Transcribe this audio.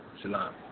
Shalom